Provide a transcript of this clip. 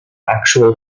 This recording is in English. actual